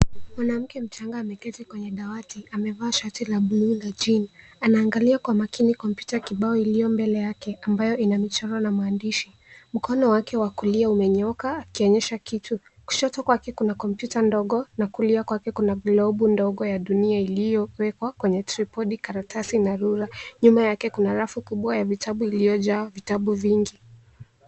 Mwanamke mchanga ameketi kwenye dawati. Amevaa shati la blue la gym . Anaangalia kwa makini kompyuta kibao iliyo mbele yake ambayo ina michoro na maandishi. Mkono wake wa kulia umenyooka ikionyesha kitu. Kushoto kwake kuna kompyuta ndogo na kulia kwake kuna glovu ndogo ya dunia iliyowekwa kwenye tripodi, karatasi na ruler. Nyuma yake kuna rafu kubwa ya vitabu iliyojaa vitabu vingi.